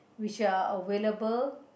which are available